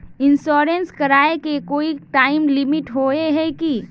Insurance कराए के कोई टाइम लिमिट होय है की?